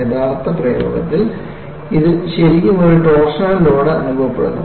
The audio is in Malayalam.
യഥാർത്ഥ പ്രയോഗത്തിൽ ഇതിൽ ശരിക്കും ഒരു ടോർഷണൽ ലോഡ് അനുഭവിക്കുന്നു